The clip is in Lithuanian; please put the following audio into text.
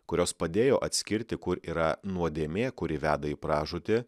kurios padėjo atskirti kur yra nuodėmė kuri veda į pražūtį